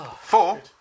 Four